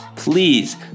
Please